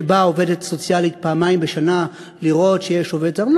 שבאה עובדת סוציאלית פעמיים בשנה לראות שיש עובד זר.